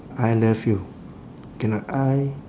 I love you cannot I